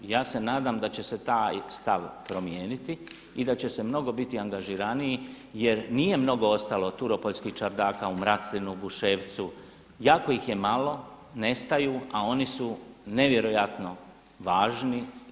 Ja se nadam da će se taj stav promijeniti i da će se mnogo biti angažiraniji jer nije mnogo ostalo turopoljskih čardaka u Mraclinu, Buševcu, jako ih je malo, nestaju, a oni su nevjerojatno važni.